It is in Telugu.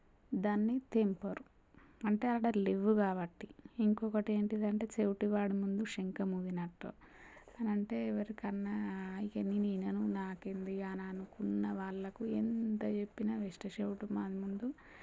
దాన్ని తెంపరు అంటే ఆడ లేవు కాబట్టి ఇంకొకటి ఏంటిదంటే చెవిటి వాడి ముందు శంఖమూదినట్టు అనంటే ఎవరికన్నా ఇకన్నీ నేనను నాకేంది అననుకున్న వాళ్ళకు ఎంత చెప్పినా వేస్టే చెవిటి వాని ముందు